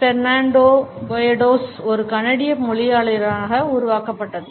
Fernando Poyatos ஒரு கனடிய மொழியியலாளரால் உருவாக்கப்பட்டது